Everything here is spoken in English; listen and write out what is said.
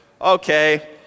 Okay